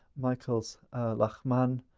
michael lachmann,